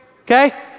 okay